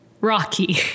Rocky